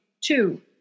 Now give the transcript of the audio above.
Two